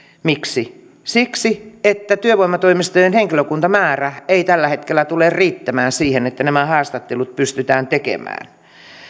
miksi siksi että työvoimatoimistojen henkilökuntamäärä ei tällä hetkellä tule riittämään siihen että nämä haastattelut pystytään tekemään